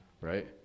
right